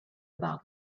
about